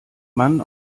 man